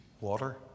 water